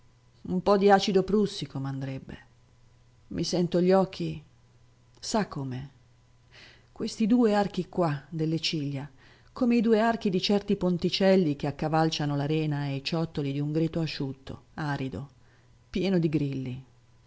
un po d'acido prussico m andrebbe i sento gli occhi sa come questi due archi qua delle ciglia come i due archi di certi ponticelli che accavalciano la rena e i ciottoli d'un greto asciutto arido pieno di grilli